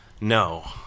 No